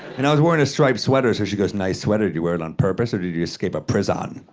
and i was wearing a striped sweater, so she goes, nice sweater, did you wear it on purpose or did you escape a pris-on?